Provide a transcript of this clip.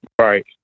Right